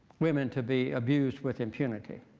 women to be abused with impunity.